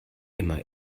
immer